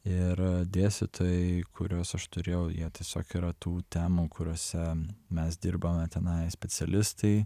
ir dėstytojai kuriuos aš turėjau jie tiesiog yra tų temų kuriose mes dirbame tenai specialistai